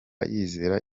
yizera